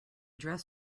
dress